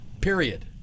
Period